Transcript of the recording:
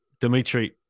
dimitri